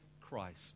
Christ